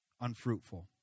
unfruitful